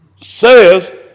says